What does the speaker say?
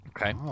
Okay